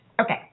Okay